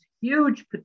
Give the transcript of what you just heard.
huge